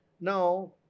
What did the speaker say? Now